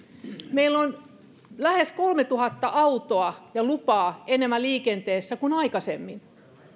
meillä on lähes kolmetuhatta autoa ja lupaa enemmän liikenteessä kuin aikaisemmin